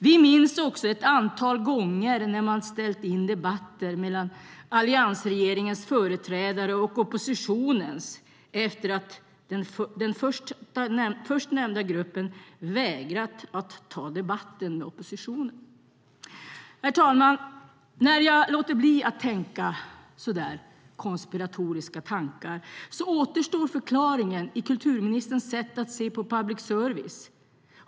Vi minns också ett antal gånger när man ställt in debatter mellan alliansregeringens företrädare och oppositionens efter att den förstnämnda gruppen vägrat ta debatten med oppositionen. Herr talman! När jag låter bli att tänka så där konspiratoriska tankar återstår förklaringen i kulturministerns sätt att se på public service.